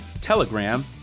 telegram